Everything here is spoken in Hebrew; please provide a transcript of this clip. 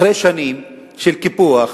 אחרי שנים של קיפוח,